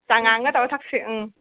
ꯆꯉꯥꯡꯒ ꯇꯧꯔꯒ ꯊꯛꯁꯦ ꯎꯝ